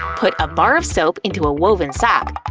put a bar of soap into a woven sock,